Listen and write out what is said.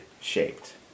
shaped